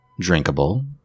drinkable